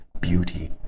beauty